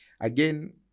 Again